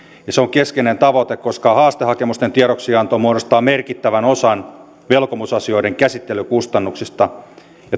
se on keskeinen tavoite koska haastehakemusten tiedoksianto muodostaa merkittävän osan velkomusasioiden käsittelykustannuksista